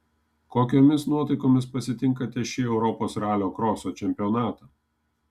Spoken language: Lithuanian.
kokiomis nuotaikomis pasitinkate šį europos ralio kroso čempionatą